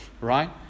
right